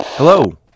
Hello